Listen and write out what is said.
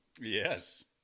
Yes